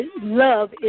love